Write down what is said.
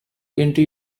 into